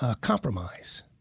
compromise